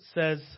says